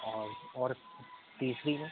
और और तीसरी में